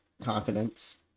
confidence